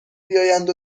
بیایند